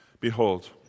Behold